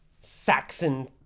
Saxon